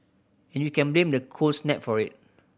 and you can blame the cold snap for it